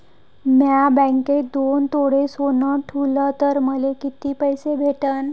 म्या बँकेत दोन तोळे सोनं ठुलं तर मले किती पैसे भेटन